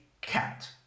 cat